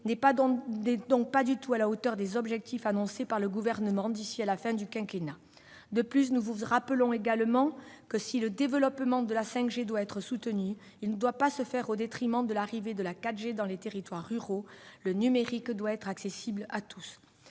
n'est donc pas du tout à la hauteur des objectifs annoncés par le Gouvernement d'ici à la fin du quinquennat. De plus, nous vous rappelons que si le développement de la 5G doit être soutenu, il ne doit pas se faire au détriment de l'arrivée de la 4G dans les territoires ruraux. Le numérique doit être accessible à tous.